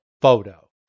photo